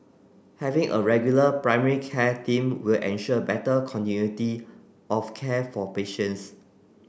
having a regular primary care team will ensure better continuity of care for patients